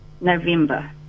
November